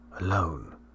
Alone